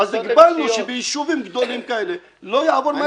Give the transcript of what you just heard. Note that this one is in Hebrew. אז הגבלנו שביישובים גדולים כאלה לא יעבור מעל